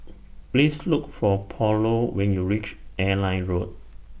Please Look For Paulo when YOU REACH Airline Road